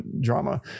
drama